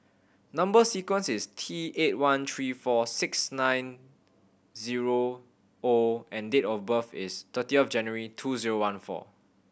number sequence is T eight one three four six nine zero O and date of birth is thirtieth January two zero one four